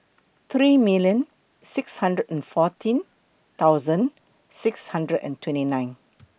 three million six hundred and fourteen thousand six hundred and twenty nine